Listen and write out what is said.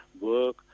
work